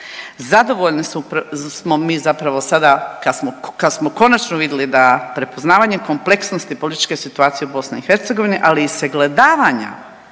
Zadovoljni smo mi zapravo sada kad smo konačno vidjeli da prepoznavanjem kompleksnosti političke situacije u BiH, ali i sagledavanja